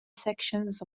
sections